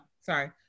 Sorry